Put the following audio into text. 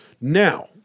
Now